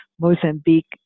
Mozambique